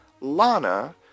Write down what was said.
Lana